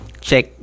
check